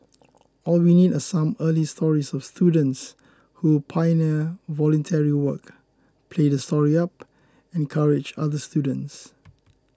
all we need are some early stories of students who pioneer voluntary work play the story up encourage other students